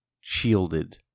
shielded